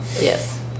Yes